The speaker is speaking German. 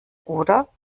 oder